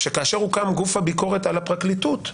כאשר הוקם גוף הביקורת על הפרקליטות,